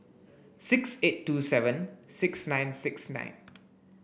six eight two seven six nine six nine